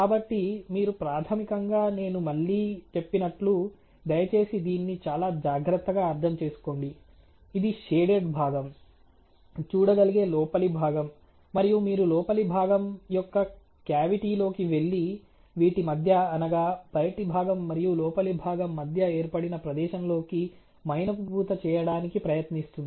కాబట్టి మీరు ప్రాథమికంగా నేను మళ్ళీ చెప్పినట్లు దయచేసి దీన్ని చాలా జాగ్రత్తగా అర్థం చేసుకోండి ఇది షేడెడ్ భాగం చూడగలిగే లోపలి భాగం మరియు మీరు లోపలి భాగం యొక్క క్యావిటీ లోకి వెళ్లి వీటి మధ్య అనగా బయటి భాగం మరియు లోపలి భాగం మధ్య ఏర్పడిన ప్రదేశంలోకి మైనపు పూత చేయడానికి ప్రయత్నిస్తుంది